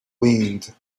wind